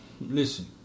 Listen